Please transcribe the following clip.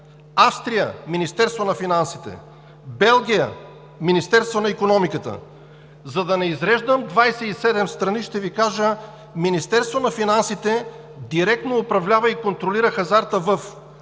Австрия – Министерството на финансите; в Белгия – Министерството на икономиката. За да не изреждам 27 страни, ще Ви кажа, че Министерството на финансите директно управлява и контролира хазарта в Австрия,